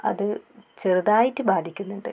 അത് ചെറുതായിട്ട് ബാധിക്കുന്നുണ്ട്